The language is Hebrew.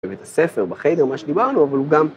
‫בבית הספר, בחיידר, מה שדיברנו, ‫אבל הוא גם...